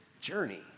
journey